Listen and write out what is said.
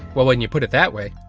well, when you put it that way.